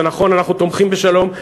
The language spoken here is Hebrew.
זה נכון, אנחנו תומכים בשלום.